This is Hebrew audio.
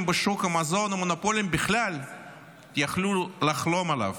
בשוק המזון ומונופולים בכלל יכלו לחלום עליו.